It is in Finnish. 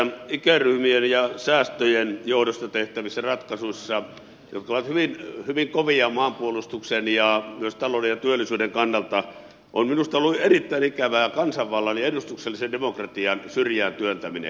näissä ikäryhmien ja säästöjen johdosta tehtävissä ratkaisuissa jotka ovat hyvin kovia maanpuolustuksen ja myös talouden ja työllisyyden kannalta on minusta ollut erittäin ikävää kansanvallan ja edustuksellisen demokratian syrjään työntäminen